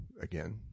Again